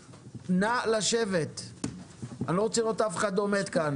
אני לא רוצה לראות אף אחד עומד כאן.